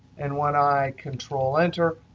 and when i control enter,